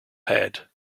had